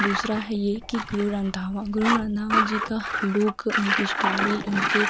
दूसरा है यह कि गुरु रंधावा गुरु रंधावा जी का लोक उनका स्टाइल उनके